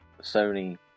sony